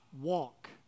walk